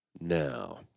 Now